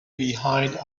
behind